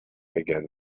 again